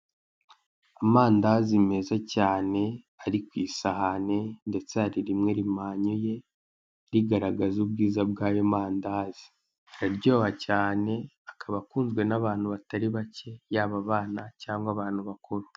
Amandazi meza cyane ari ku isahani ndetse hari rimwe rimanyuye, rigaragaza ubwiza bw'ayo mandazi, araryoha cyane, akaba akunzwe n'abantu batari bake yaba abana cyangwa abantu bakuru.